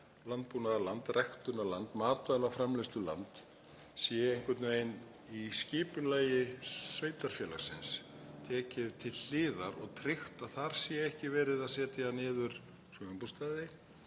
landbúnaðarland, ræktunarland, matvælaframleiðsluland, sé einhvern veginn í skipulagi sveitarfélagsins tekið til hliðar og tryggt að ekki sé verið að setja niður sumarbústaði